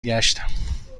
گشتم